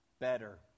better